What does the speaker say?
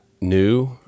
new